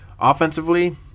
offensively